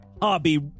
hobby